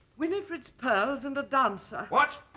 winifred's pearls and a dancer. what!